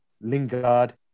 Lingard